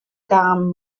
kamen